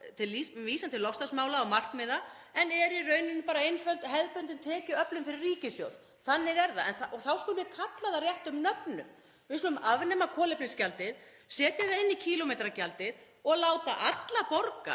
til loftslagsmála og -markmiða en eru í rauninni bara einföld, hefðbundin tekjuöflun fyrir ríkissjóð. Þannig er það og þá skulum við kalla það réttum nöfnum. Við skulum afnema kolefnisgjaldið, setja það inn í kílómetragjaldið og láta alla borga